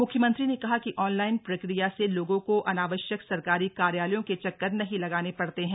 म्ख्यमंत्री ने कहा कि ऑनलाइन प्रक्रिया से लोगों को अनावश्यक सरकारी कार्यालयों के चक्कर नहीं लगाने पड़ते हैं